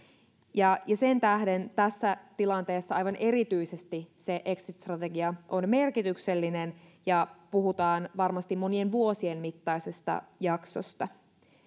sen tähden tässä tilanteessa aivan erityisesti se exit strategia on merkityksellinen ja puhutaan varmasti monien vuosien mittaisesta jaksosta